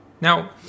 Now